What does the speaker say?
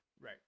Right